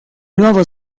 nuovo